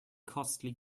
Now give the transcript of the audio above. costly